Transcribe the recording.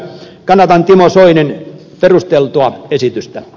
kannatan timo soinin perusteltua esitystä